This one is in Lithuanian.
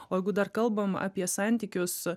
o jeigu dar kalbam apie santykius